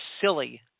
silly